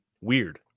Weird